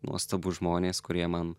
nuostabūs žmonės kurie man